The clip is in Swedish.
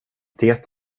det